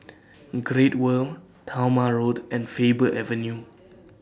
Great World Talma Road and Faber Avenue